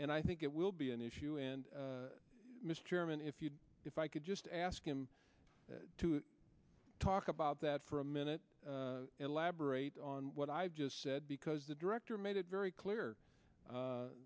and i think it will be an issue and mr chairman if you if i could just ask him to talk about that for a minute elaborate on what i've just said because the director made it very clear